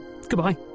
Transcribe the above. goodbye